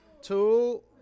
two